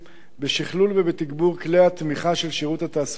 בשכלול ובתגבור של כלי התמיכה של שירות התעסוקה,